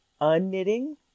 unknitting